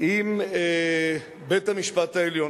עם בית-המשפט העליון.